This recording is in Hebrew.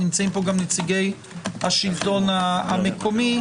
נמצאים פה גם נציגי השלטון המקומי,